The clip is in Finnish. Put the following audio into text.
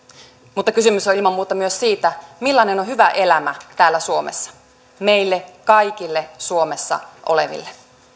mutta kysymys on ilman muuta myös siitä millainen on hyvä elämä täällä suomessa meille kaikille suomessa oleville